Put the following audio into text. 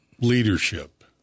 leadership